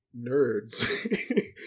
nerds